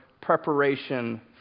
preparation